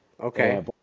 Okay